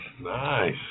Nice